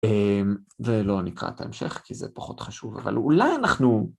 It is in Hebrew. ולא, נקרא את ההמשך, כי זה פחות חשוב, אבל אולי אנחנו...